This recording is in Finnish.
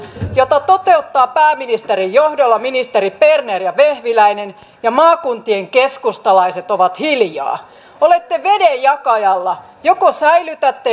jota toteuttavat pääministerin johdolla ministerit berner ja vehviläinen ja maakuntien keskustalaiset ovat hiljaa olette vedenjakajalla joko säilytätte